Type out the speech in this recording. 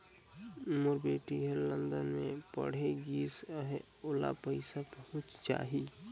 मोर बेटी हर लंदन मे पढ़े गिस हय, ओला पइसा पहुंच जाहि?